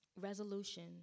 Resolution